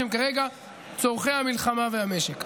שהם כרגע צורכי המלחמה והמשק.